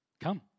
Come